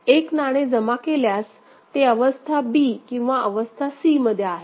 एक नाणे जमा केल्यास ते अवस्था b किंवा अवस्था c मध्ये आहे